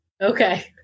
Okay